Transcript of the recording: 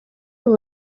ubu